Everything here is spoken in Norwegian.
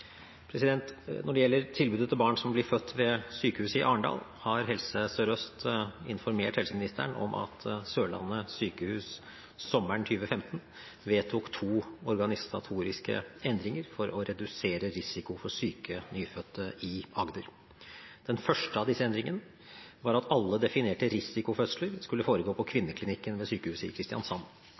Når det gjelder tilbudet til barn som blir født ved sykehuset i Arendal, har Helse Sør-Øst informert helseministeren om at Sørlandet sykehus sommeren 2015 vedtok to organisatoriske endringer for å redusere risiko for syke nyfødte i Agder. Den første av disse endringene var at alle definerte risikofødsler skulle foregå på Kvinneklinikken ved sykehuset i Kristiansand.